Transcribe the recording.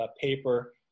paper